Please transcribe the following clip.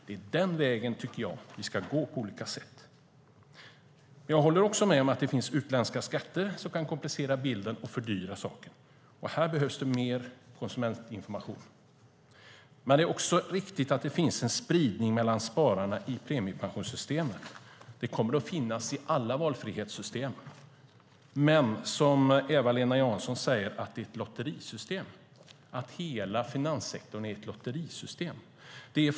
Det är den vägen vi ska gå på olika sätt. Jag håller med om att det finns utländska skatter som kan komplicera bilden och fördyra saker. Här behövs det mer konsumentinformation. Det är också riktigt att det finns en spridning mellan spararna i premiepensionssystemet. Det kommer det att finnas i alla valfrihetssystem. Eva-Lena Jansson säger att det är ett lotterisystem och att hela finanssektorn är ett lotterisystem.